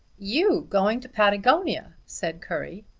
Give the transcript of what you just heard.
you going to patagonia! said currie.